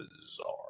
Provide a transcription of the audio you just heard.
bizarre